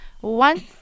One